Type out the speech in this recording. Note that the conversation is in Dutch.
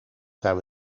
zijn